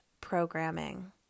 programming